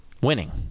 winning